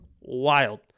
Wild